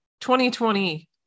2020